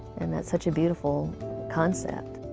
and that's such a beautiful concept.